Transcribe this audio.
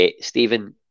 Stephen